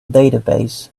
database